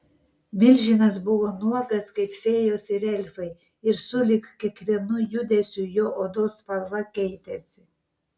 milžinas buvo nuogas kaip fėjos ir elfai ir sulig kiekvienu judesiu jo odos spalva keitėsi